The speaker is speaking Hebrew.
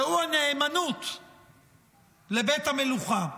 והוא הנאמנות לבית המלוכה.